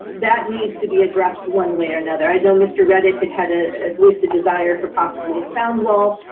that needs to be addressed one way or another. i know mr. redick had had ah at least a desire for possibly a sound wall.